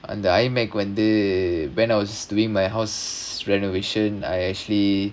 and iMac வந்து:vandhu when I was doing my house renovation I actually